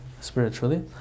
spiritually